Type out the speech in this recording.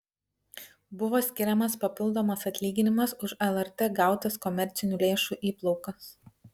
buvo skiriamas papildomas atlyginimas už lrt gautas komercinių lėšų įplaukas